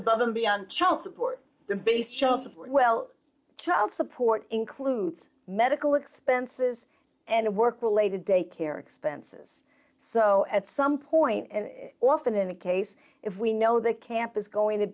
above and beyond child support base show support well child support includes medical expenses and work related daycare expenses so at some point and often in the case if we know that camp is going to